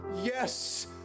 yes